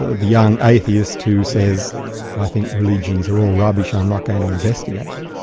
the young atheist who says, i think religions are all rubbish, i'm not going to investigate.